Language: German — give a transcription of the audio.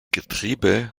getriebe